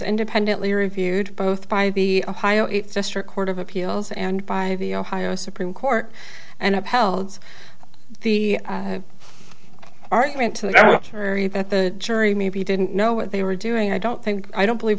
independently reviewed both by the ohio it's district court of appeals and five the ohio supreme court and upheld the argument to that area that the jury maybe didn't know what they were doing i don't think i don't believe